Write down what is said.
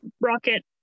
rocket